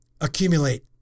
accumulate